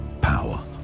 power